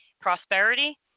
prosperity